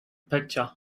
pitcher